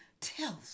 tells